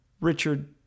Richard